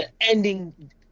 ending